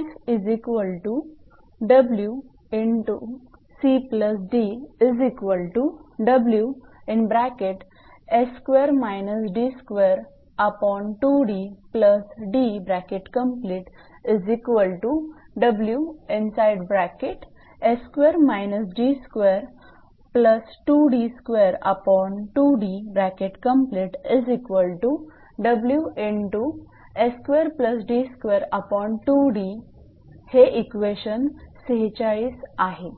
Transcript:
हे इक्वेशन 46 आहे